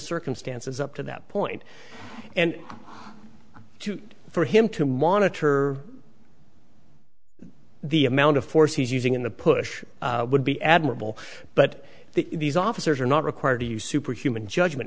circumstances up to that point and shoot for him to monitor the amount of force he's using in the push would be admirable but the officers are not required to use superhuman judgement